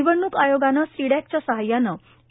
निवडणुक आयोगानं सी डॅकच्या साहाय्यानं इ